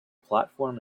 platform